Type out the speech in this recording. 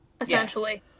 essentially